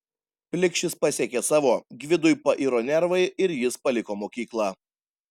plikšis pasiekė savo gvidui pairo nervai ir jis paliko mokyklą